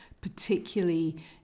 particularly